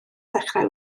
ddechrau